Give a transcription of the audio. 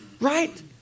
Right